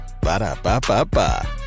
Ba-da-ba-ba-ba